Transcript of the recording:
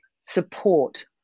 support